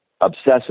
obsessive